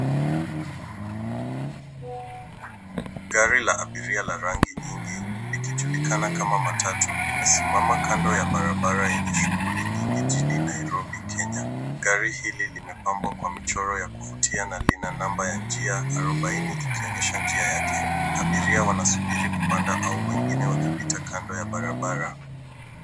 Gari la abiria la rangi nyingi, ikijulikana kama matatu, limesimama kando ya barabara yenye shughuli nyingi jijini Nairobi, Kenya. Gari hili limepambwa kwa michoro ya kuvutia na lina namba ya njia arobaini, ikionyesha njia yake. Abiria wanasubiri kupanda au wengine wakipita kando ya barabara.